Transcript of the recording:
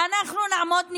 אנחנו נעמוד נגדו.